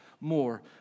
more